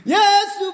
Yes